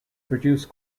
produce